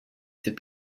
s’est